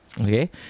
Okay